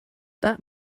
that